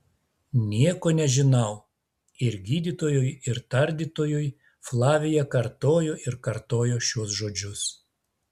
nieko nežinau ir gydytojui ir tardytojui flavija kartojo ir kartojo šiuos žodžius